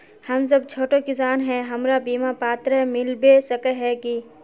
हम सब छोटो किसान है हमरा बिमा पात्र मिलबे सके है की?